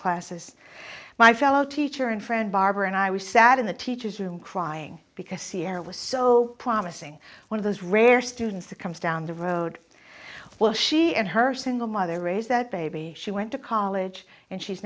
classes my fellow teacher and friend barbara and i was sat in the teacher's room crying because sierra was so promising one of those rare students that comes down the road well she and her single mother raise that baby she went to college and she's